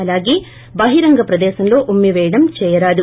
అలాగే బహిరంగ ప్రదేశంలో ఉమ్మి వేయడం చేయరాదు